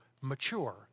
mature